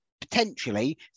potentially